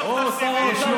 אתה